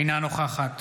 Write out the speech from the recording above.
אינה נוכחת